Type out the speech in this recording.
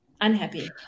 unhappy